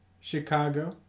Chicago